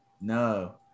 No